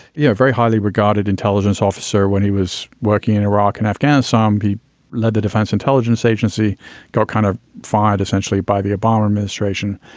you know, very highly regarded intelligence officer when he was working in iraq and afghanistan. um he led the defense intelligence agency got kind of fired essentially by the obama administration.